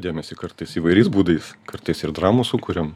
dėmesį kartais įvairiais būdais kartais ir dramų sukuriam